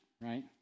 right